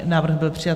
Návrh byl přijat.